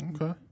okay